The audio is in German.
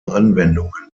anwendungen